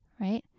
Right